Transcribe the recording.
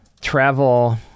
Travel